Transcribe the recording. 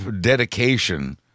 dedication